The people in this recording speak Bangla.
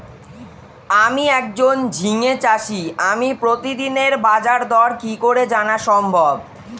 আমি একজন ঝিঙে চাষী আমি প্রতিদিনের বাজারদর কি করে জানা সম্ভব?